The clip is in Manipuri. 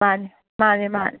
ꯃꯅꯤ ꯃꯅꯤ ꯃꯅꯤ